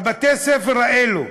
בתי-הספר האלה,